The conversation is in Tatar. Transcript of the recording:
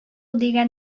дигән